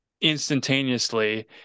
instantaneously